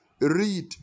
Read